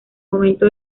momento